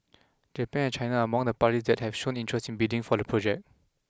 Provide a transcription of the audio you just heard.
Japan and China are among the parties that have shown interest in bidding for the project